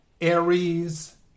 Aries